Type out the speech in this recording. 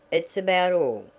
it's about all.